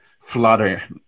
flutter